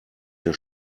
der